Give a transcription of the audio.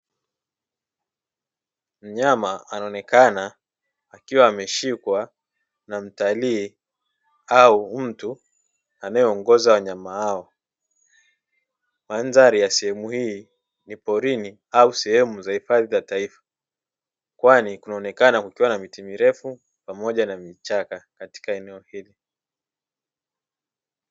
Mnyama anaonekana akiwa ameshikwa na mtalii au mtu anayeongoza wanyama hao. Mandhari ya sehemu hii ni porini au sehemu za hifadhi za taifa, kwani kunaonekana kukiwa na miti mirefu pamoja na vichaka katika eneo hilo.